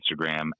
Instagram